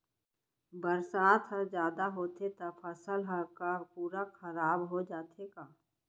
बरसात ह जादा होथे त फसल ह का पूरा खराब हो जाथे का?